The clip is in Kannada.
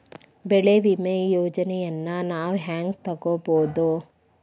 ಬೆಳಿ ವಿಮೆ ಯೋಜನೆನ ನಾವ್ ಹೆಂಗ್ ತೊಗೊಬೋದ್?